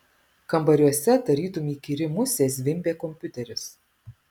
kambariuose tarytum įkyri musė zvimbė kompiuteris